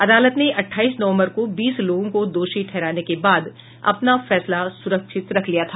अदालत ने अठाईस नवम्बर को बीस लोगों को दोषी ठहराने के बाद अपना फैसला सुरक्षित रखा लिया था